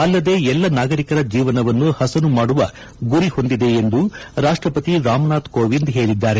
ಅಲ್ಲದೇ ಎಲ್ಲಾ ನಾಗರಿಕರ ಜೀವನವನ್ನು ಪಸನು ಮಾಡುವ ಗುರಿ ಹೊಂದಿದೆ ಎಂದು ರಾಷ್ಟಪತಿ ರಾಮ್ನಾಥ್ ಕೋಎಂದ್ ಹೇಳಿದ್ದಾರೆ